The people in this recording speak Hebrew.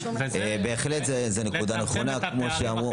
בהחלט זאת נקודה נכונה כמו שאמרו.